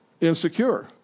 insecure